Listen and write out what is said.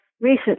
recent